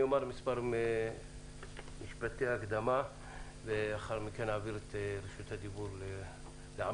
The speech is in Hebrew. אני אומר מספר משפטי הקדמה ולאחר מכן נעביר את רשות הדיבור לעמיתתי